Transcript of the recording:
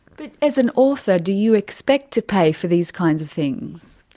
but as an author do you expect to pay for these kinds of things?